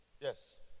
Yes